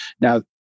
Now